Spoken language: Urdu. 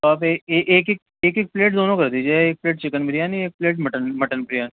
آپ ایک ایک ایک ایک پلیٹ دونوں کر دیجیے یا ایک پلیٹ چکن بریانی ایک پلیٹ مٹن مٹن بریانی